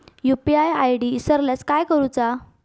UPI ID इसरल्यास काय करुचा?